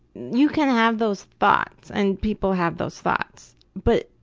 you can have those thoughts and people have those thoughts, but